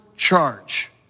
Charge